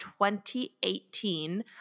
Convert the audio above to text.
2018